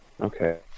Okay